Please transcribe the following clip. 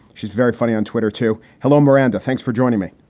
she's very funny on twitter, too. hello, miranda. thanks for joining me.